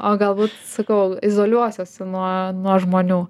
o galbūt sakau izoliuosiuosi nuo nuo žmonių